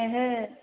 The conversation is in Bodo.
ओहो